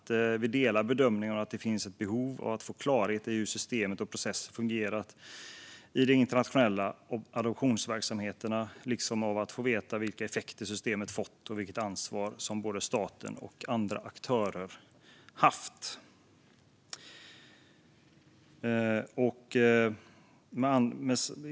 Vi delar bedömningen att det finns ett behov av att få klarhet i hur system och processer fungerat i de internationella adoptionsverksamheterna liksom att få veta vilka effekter som systemet har fått och vilket ansvar som både staten och andra aktörer har haft.